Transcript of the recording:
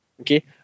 okay